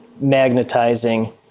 magnetizing